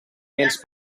nens